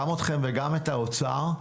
גם אתכם וגם את האוצר.